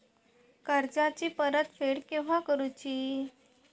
कर्जाची परत फेड केव्हा करुची?